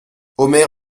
omer